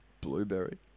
Blueberry